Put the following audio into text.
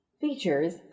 features